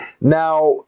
Now